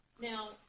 Now